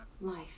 Life